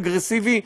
אגרסיבי,